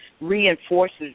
reinforces